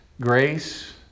grace